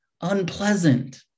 unpleasant